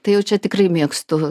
tai jau čia tikrai mėgstu